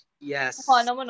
Yes